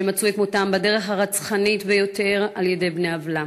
שמצאו את מותם בדרך הרצחנית ביותר על-ידי בני עוולה.